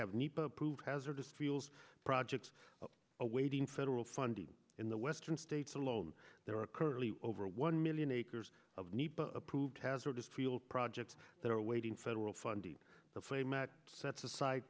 to prove hazardous fuels projects awaiting federal funding in the western states alone there are currently over one million acres of approved hazardous field projects that are awaiting federal funding the flameout sets aside